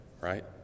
right